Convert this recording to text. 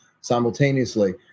simultaneously